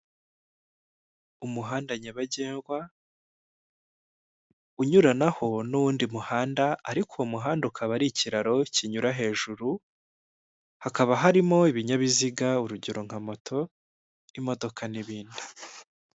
Umuhanda nyabagendwa unyuranaho n'undi muhanda ariko uwo muhanda ukaba ari ikiraro kinyura hejuru, hakaba harimo ibinyabiziga urugero nka moto, imodoka n'ibindi.